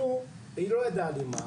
היא לא ידעה למה.